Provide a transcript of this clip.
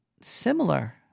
similar